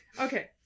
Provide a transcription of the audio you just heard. Okay